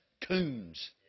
coons